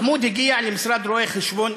מחמוד הגיע למשרד רואי-חשבון,